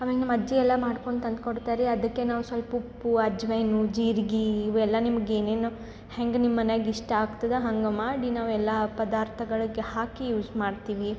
ಆಮ್ಯಾಗೆ ನಮ್ಮ ಅಜ್ಜಿ ಎಲ್ಲ ಮಾಡ್ಕೊಂಡು ತಂದು ಕೊಡ್ತಾರ್ರಿ ಅದಕ್ಕೆ ನಾವು ಸ್ವಲ್ಪ ಉಪ್ಪು ಅಜ್ವೈನು ಜೀರಿಗೆ ಇವೆಲ್ಲ ನಿಮಗೆ ಏನೇನು ಹೆಂಗೆ ನಿಮ್ಮ ಮನ್ಯಾಗೆ ಇಷ್ಟ ಆಗ್ತದೆ ಹಂಗೆ ಮಾಡಿ ನಾವೆಲ್ಲ ಪದಾರ್ಥಗಳಿಗೆ ಹಾಕಿ ಯೂಸ್ ಮಾಡ್ತೀವಿ